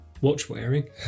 watch-wearing